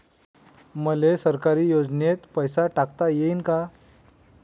मले सरकारी योजतेन पैसा टाकता येईन काय?